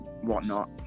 whatnot